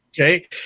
Okay